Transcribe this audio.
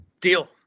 Deal